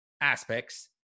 aspects